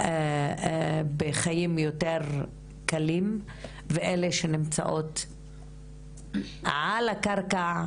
בחיים יותר קלים ואלה שנמצאות על הקרקע,